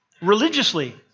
Religiously